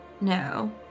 No